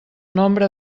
nombre